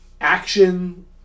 action